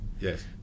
Yes